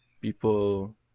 people